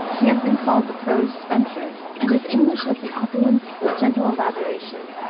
he has been called the prose spenser, and his english has the opulence, the gentle elaboration,